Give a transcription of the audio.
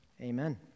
Amen